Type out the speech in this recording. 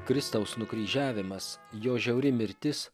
kristaus nukryžiavimas jo žiauri mirtis